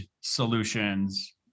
solutions